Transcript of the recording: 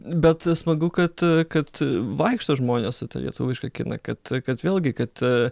bet smagu kad kad vaikšto žmonės į tą lietuvišką kiną kad kad vėlgi kad